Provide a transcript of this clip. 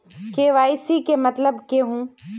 KYC के मतलब केहू?